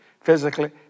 physically